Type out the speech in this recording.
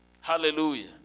Hallelujah